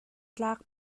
tlak